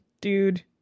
dude